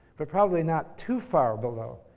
but probably not too far below.